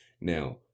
Now